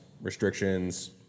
restrictions